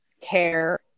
care